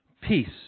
Peace